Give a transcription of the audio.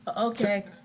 Okay